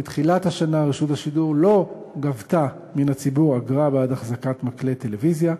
מתחילת השנה רשות השידור לא גבתה מהציבור אגרה בעד החזקת מקלט טלוויזיה,